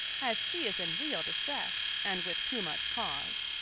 as she is in real distress, and with too much cause.